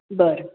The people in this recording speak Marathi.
बरं